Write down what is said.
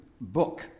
book